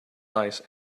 ice